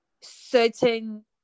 certain